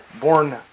born